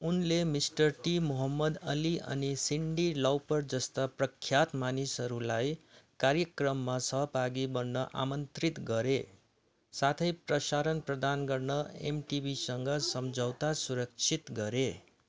उनले Mister T Muhammad Ali अनि Cyndi Lauper जस्ता प्रख्यात मानिसहरूलाई कार्यक्रममा सहभागी बन्न आमन्त्रित गरे साथै प्रसारण प्रदान गर्न एमटिभीसँग सम्झौता सुरक्षित गरे